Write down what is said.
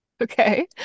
Okay